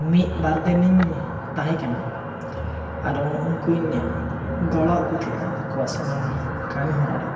ᱢᱤᱫ ᱵᱟᱨ ᱫᱤᱱ ᱤᱧ ᱛᱟᱦᱮᱸ ᱠᱟᱱᱟ ᱟᱨ ᱩᱱᱠᱩᱧ ᱜᱚᱲᱚᱣᱟᱜ ᱠᱚ ᱛᱟᱦᱮᱱᱟ ᱟᱠᱚ ᱠᱚᱣᱟᱜ ᱥᱟᱱᱟᱢ ᱠᱟᱹᱢᱤ ᱦᱚᱨᱟ ᱨᱮ